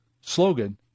slogan